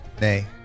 Nay